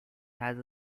has